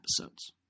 episodes